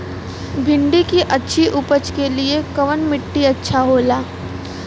भिंडी की अच्छी उपज के लिए कवन मिट्टी अच्छा होला?